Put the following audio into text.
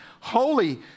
holy